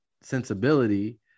sensibility